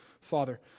Father